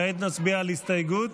כעת נצביע על הסתייגות,